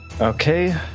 okay